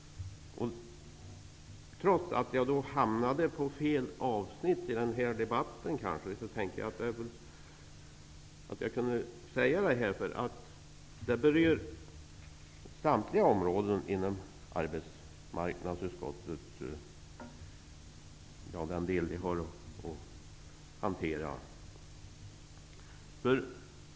Trots att jag kanske hamnade på fel avsnitt i den här debatten tänkte jag att jag kunde säga detta, för det berör samtliga områden som arbetsmarknadsutskottet har att hantera.